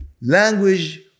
language